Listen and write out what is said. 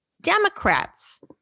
Democrats